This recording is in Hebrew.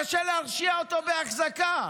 קשה להרשיע אותו בהחזקה.